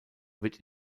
wird